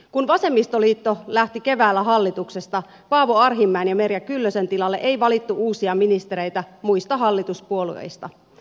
kun vasemmistoliitto lähti keväällä hallituksesta paavo arhinmäen ja merja kyllösen tilalle ei valittu uusia ministereitä muista hallituspuolueista